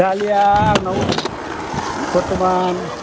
दालिया आंनाव बरथ'मान